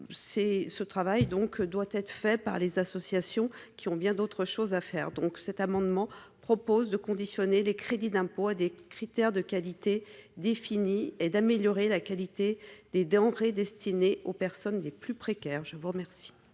ce travail doit être réalisé par les associations, qui ont bien d’autres choses à faire… Cet amendement a donc pour objet de conditionner les crédits d’impôt à des critères de qualité définis et d’améliorer la qualité des denrées destinées aux personnes les plus précaires. L’amendement